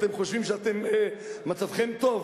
אתם חושבים שמצבכם טוב,